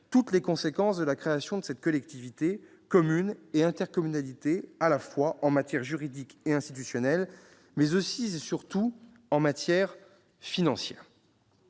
toutes les conséquences de la création de cette collectivité, commune et intercommunalité à la fois, en matières juridique et institutionnelle, mais aussi, et surtout, en matière financière.